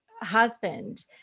husband